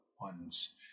ones